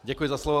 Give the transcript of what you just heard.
Děkuji za slovo.